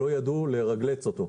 לא ידעו לרגלץ אותו,